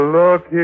look